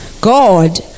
God